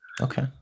Okay